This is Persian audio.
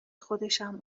خودشم